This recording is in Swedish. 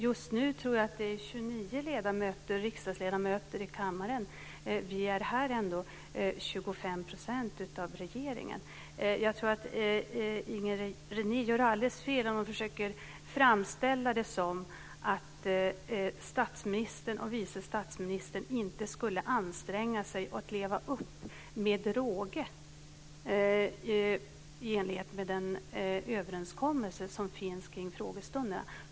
Just nu tror jag att det är 29 riksdagsledamöter i kammaren. Av regeringen är ändå Jag tror att Inger René gör alldeles fel om hon försöker framställa det som att statsministern och vice statsministern inte skulle anstränga sig. De lever med råge upp till den överenskommelse som finns kring frågestunderna.